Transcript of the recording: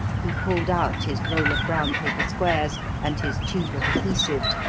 he pulled out his roll of brown paper squares and his tube of adhesive,